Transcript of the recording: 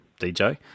DJ